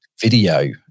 video